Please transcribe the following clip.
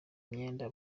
myenda